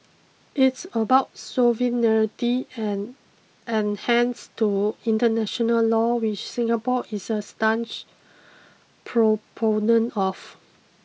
it's about sovereignty and enhance to international law which Singapore is a staunch proponent of